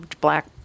black